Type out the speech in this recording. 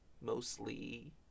mostly